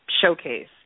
showcase